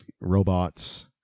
robots